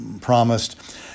promised